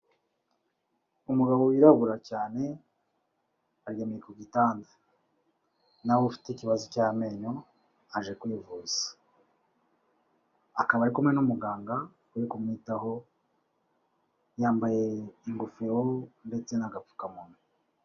Umugabo wibura cyane aryamye ku gitanda, nawe ufite ikibazo cy'amenyo aje kwivuza, akaba ari kumwe n'umuganga ri kumwitaho yambaye ingofero ndetse n'agapfukamunwa.